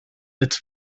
its